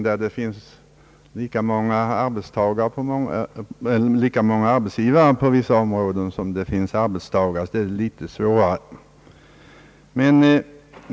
På vissa områden finns det ju lika många arbetsgivare som det finns arbetstagare.